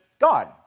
God